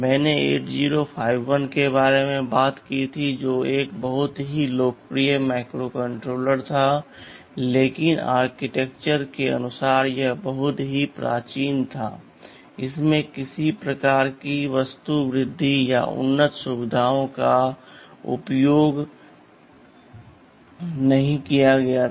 मैंने 8051 के बारे में बात की थी जो एक बहुत ही लोकप्रिय माइक्रोकंट्रोलर था लेकिन आर्किटेक्चर के अनुसार यह बहुत ही प्राचीन था इसमें किसी भी प्रकार की वास्तु वृद्धि या उन्नत सुविधाओं का उपयोग नहीं किया गया था